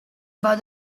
about